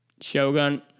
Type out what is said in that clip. Shogun